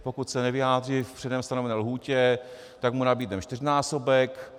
Pokud se nevyjádří v předem stanovené lhůtě, tak mu nabídneme čtyřnásobek.